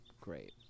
Great